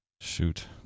Shoot